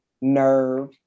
nerve